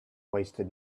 wasted